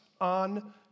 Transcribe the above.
on